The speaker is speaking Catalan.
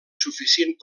suficient